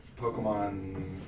Pokemon